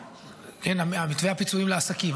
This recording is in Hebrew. מתווה פיצויים לעסקים,